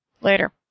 Later